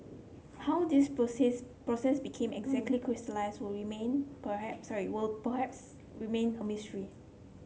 how this process process became exactly crystallised will remain perhaps will perhaps remain a mystery